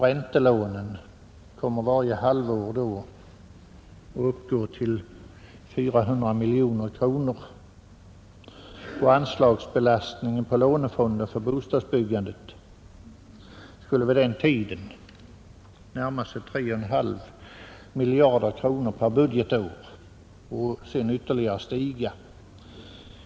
Räntelånen kommer då varje halvår att uppgå till 400 miljoner kronor och anslagsbelastningen på lånefonden för bostadsbyggandet skulle vid den tiden närma sig 3,5 miljarder kronor per budgetår och sedan ytterligare stiga.